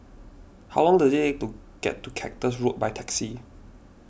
how long does it take to get to Cactus Road by taxi